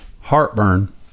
heartburn